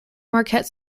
marquette